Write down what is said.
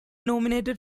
nominated